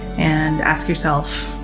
and ask yourself